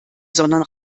sondern